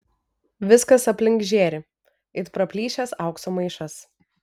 viskas aplink žėri it praplyšęs aukso maišas